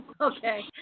Okay